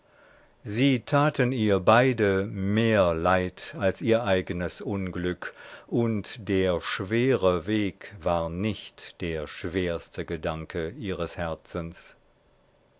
sie taten ihr beide mehr leid als ihr eignes unglück und der schwere weg war nicht der schwerste gedanke ihres herzens